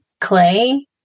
clay